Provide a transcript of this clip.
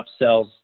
upsells